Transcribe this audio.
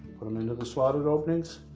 put them into the slotted openings,